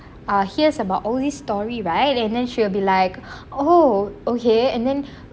ah hears about all these story right and then she will be like oh okay and then